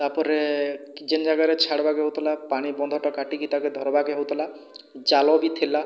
ତାପରେ କି ଯେନ୍ ଜାଗାରେ ଛାଡ଼୍ବାକେ ହଉଥିଲା ପାଣି ବନ୍ଧଟା କାଟିକି ତାକେ ଧର୍ବାକେ ହଉଥିଲା ଜାଲ ବି ଥିଲା